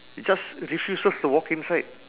he just refuses to walk inside